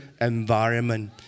environment